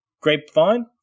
Grapevine